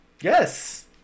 yes